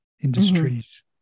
industries